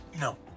No